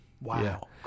Wow